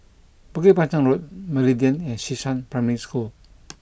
Bukit Panjang Road Meridian and Xishan Primary School